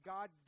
God